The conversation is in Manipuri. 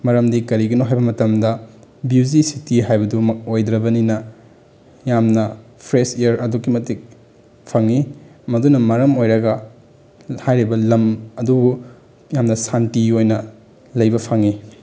ꯃꯔꯝꯗꯤ ꯀꯔꯤꯒꯤꯅꯣ ꯍꯥꯏꯕ ꯃꯇꯝꯗ ꯕ꯭ꯌꯨꯖꯤ ꯁꯤꯇꯤ ꯍꯥꯏꯕꯗꯨꯃꯛ ꯑꯣꯏꯗ꯭ꯔꯕꯅꯤꯅ ꯌꯥꯝꯅ ꯐ꯭ꯔꯦꯁ ꯏꯌꯥꯔ ꯑꯗꯨꯛꯀꯤ ꯃꯇꯤꯛ ꯐꯪꯉꯤ ꯃꯗꯨꯅ ꯃꯔꯝ ꯑꯣꯏꯔꯒ ꯍꯥꯏꯔꯤꯕ ꯂꯝ ꯑꯗꯨꯕꯨ ꯌꯥꯝꯅ ꯁꯥꯟꯇꯤ ꯑꯣꯏꯅ ꯂꯩꯕ ꯐꯪꯉꯤ